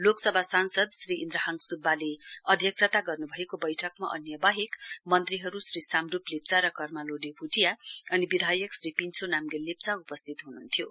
लोकसभा सांसद श्री इन्द्रहाङ स्ब्बाले अध्यक्षता गर्न्भएको बैठकमा अन्य बाहेक मन्त्रीहरू श्री साम्डुप लेप्चा र कर्मा लोडे भूटिया अनि विधायक श्री पिन्छो नाम्गेल लेप्चा उपस्थित हुनुहुन्थ्यो